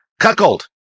Cuckold